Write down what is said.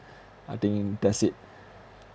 I think that's it